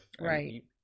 Right